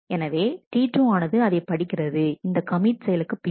எனவே T2 ஆனது அதைப் படிக்கிறது இந்த கமிட் செயலுக்குப் பின்னால்